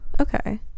okay